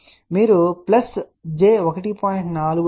ఇప్పుడు మీరు j 1